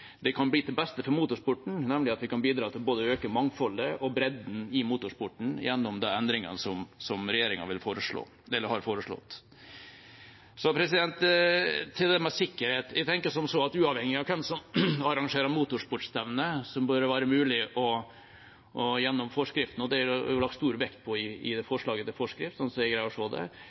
det kan bli til beste for motorsporten – at vi kan bidra til å øke både mangfoldet og bredden i motorsporten gjennom de endringene som regjeringa har foreslått. Til det med sikkerhet: Jeg tenker som så at uavhengig av hvem som arrangerer motorsportstevner, bør det være mulig gjennom forskriften – og det er det lagt stor vekt på i forslaget til forskrift, slik jeg greier å se det – å legge til rette for at sikkerheten blir ivaretatt på en god måte. Jeg er ganske overbevist om at det